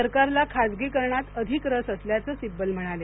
सरकारला खासगीकरणात अधिक रस असल्याचं सिब्बल म्हणाले